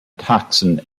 toxin